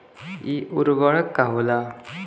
इ उर्वरक का होला?